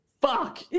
Fuck